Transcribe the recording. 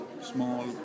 small